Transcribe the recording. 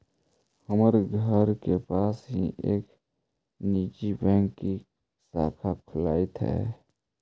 हमर घर के पास ही एक निजी बैंक की शाखा खुललई हे